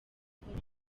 gukora